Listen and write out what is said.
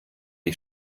ich